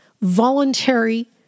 voluntary